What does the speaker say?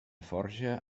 forja